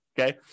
Okay